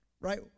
Right